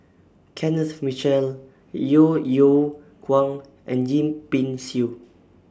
Kenneth Mitchell Yeo Yeow Kwang and Yip Pin Xiu